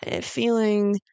feeling